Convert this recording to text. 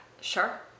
sure